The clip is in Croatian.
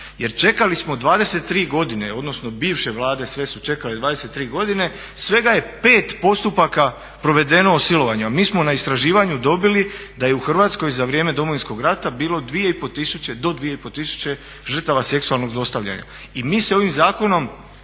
jer čekali smo 23 godine odnosno bivše Vlade sve su čekale 23 godine. Svega je 5 postupaka provedeno o silovanju, a mi smo na istraživanju dobili da je u Hrvatskoj za vrijeme Domovinskog rata bilo 2 i pol tisuće, do 2 i pol tisuće žrtava seksualnog zlostavljanja. I mi se ovim zakonom